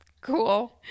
Cool